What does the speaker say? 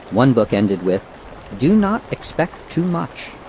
one book ended with do not expect too much.